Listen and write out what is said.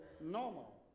normal